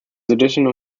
additional